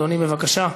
בבקשה.